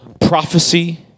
prophecy